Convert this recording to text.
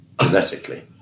genetically